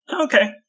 Okay